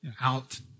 out